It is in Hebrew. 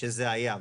שזה היה,